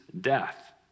death